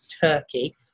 Turkey